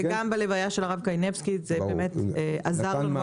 וגם בהלוויה של הרב קנייבסקי זה באמת עזר מאוד,